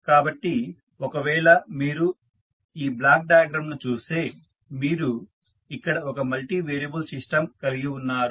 కాబట్టి ఒకవేళ మీరు ఈ బ్లాక్ డయాగ్రమ్ ను చూస్తే మీరు ఇక్కడ ఒక మల్టీ వేరియబుల్ సిస్టమ్ కలిగి ఉన్నారు